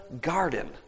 garden